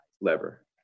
lever